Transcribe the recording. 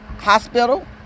hospital